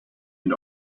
and